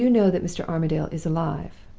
you know that mr. armadale is alive,